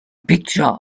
picture